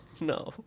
no